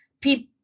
people